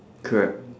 correct